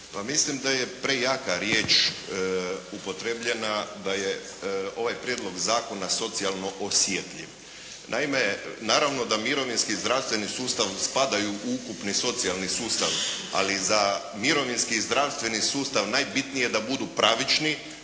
mislim da je prejaka riječ upotrebljena da je ovaj prijedlog zakona socijalno osjetljiv. Naime, naravno da mirovinski i zdravstveni sustav spadaju u ukupni socijalni sustav ali za mirovinski i zdravstveni sustav najbitnije je da budu pravični,